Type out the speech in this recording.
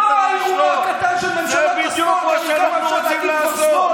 זה בדיוק מה שאנחנו רוצים לשנות.